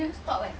you stop eh